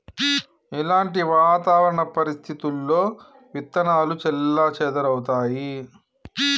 ఎలాంటి వాతావరణ పరిస్థితుల్లో విత్తనాలు చెల్లాచెదరవుతయీ?